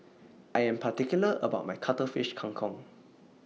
I Am particular about My Cuttlefish Kang Kong